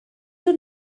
dod